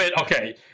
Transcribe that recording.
okay